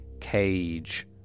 cage